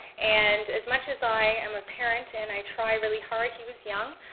and as much as i am a parent, and i try really hard, he was young,